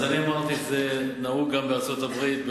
אני אמרתי שזה נהוג גם בארצות-הברית,